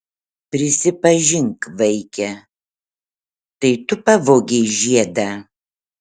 prisipažink vaike tai tu pavogei žiedą